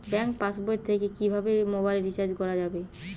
Bank পাশবই থেকে কিভাবে মোবাইল রিচার্জ করা যাবে?